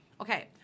Okay